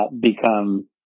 Become